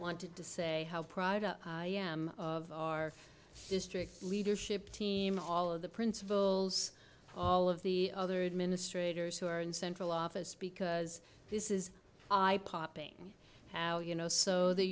wanted to say how proud i am of our district leadership team all of the principals all of the other administrators who are in central office because this is i pop ing how you know so that